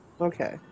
okay